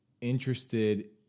interested